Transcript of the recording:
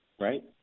Right